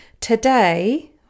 today